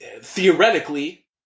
theoretically